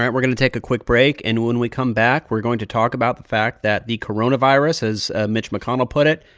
we're going to take a quick break, and when we come back, we're going to talk about the fact that the coronavirus, as mitch mcconnell put it,